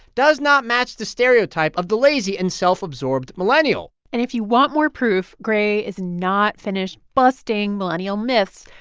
does not match the stereotype of the lazy and self-absorbed millennial and if you want more proof, gray is not finished busting millennial myths.